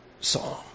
song